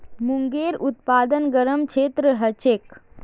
मूंगेर उत्पादन गरम क्षेत्रत ह छेक